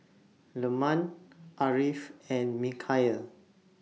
Leman Ariff and Mikhail